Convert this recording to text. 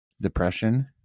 depression